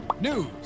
news